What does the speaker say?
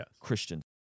Christian